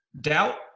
Doubt